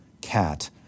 cat